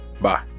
Bye